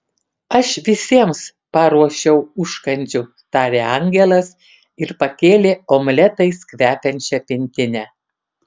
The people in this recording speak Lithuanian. aš visiems paruošiau užkandžių tarė angelas ir pakėlė omletais kvepiančią pintinę